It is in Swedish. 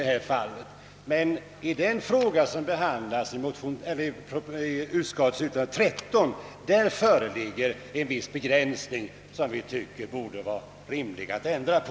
Men när det gäller den fråga som behandlas i första lagutskottets utlåtande nr 13 föreligger en viss tråkig begränsning, som det vore rimligt att ändra på.